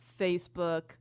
facebook